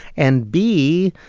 and, b,